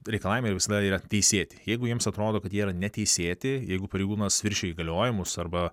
reikalavimai visada yra teisėti jeigu jiems atrodo kad jie neteisėti jeigu pareigūnas viršijo įgaliojimus arba